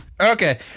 Okay